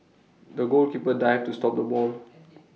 the goalkeeper dived to stop the ball